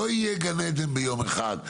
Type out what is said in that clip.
לא יהיה גן עדן ביום אחד.